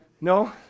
No